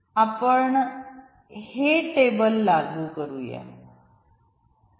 आपण हे टेबल लागू करु या